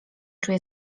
czuję